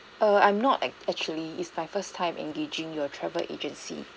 err I'm not actually it's my first time engaging your travel agency